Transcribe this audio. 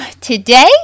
today